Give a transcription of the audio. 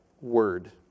word